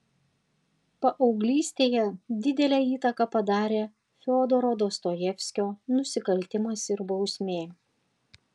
paauglystėje didelę įtaką padarė fiodoro dostojevskio nusikaltimas ir bausmė